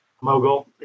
mogul